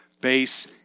base